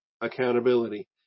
accountability